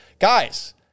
Guys